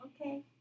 okay